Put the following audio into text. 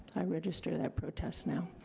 i registered that protest now,